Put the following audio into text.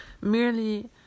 merely